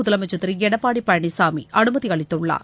முதலமைச்சர் திரு எடப்பாடி பழனிசாமி அனுமதி அளித்துள்ளார்